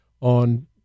on